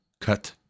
cut